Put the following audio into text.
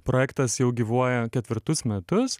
projektas jau gyvuoja ketvirtus metus